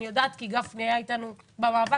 אני יודעת כי גפני היה איתנו במאבק,